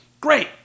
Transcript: Great